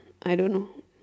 I don't know